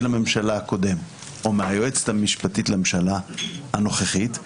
לממשלה הקודם או מהיועצת המשפטית לממשלה הנוכחית,